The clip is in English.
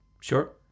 Sure